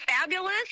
fabulous